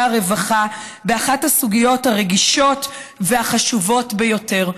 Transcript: הרווחה באחת הסוגיות הרגישות והחשובות ביותר.